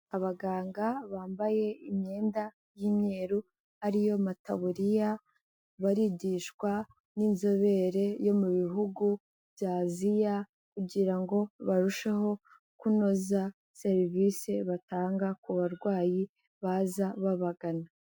Abaganga bambaye imyenda y'imyeru, ariyo amataburiya, barigishwa n'inzobere yo mu bihugu bya Aziya kugira ngo barusheho kunoza serivisi batanga ku barwayi baza babagana.